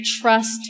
trust